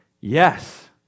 Yes